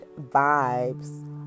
vibes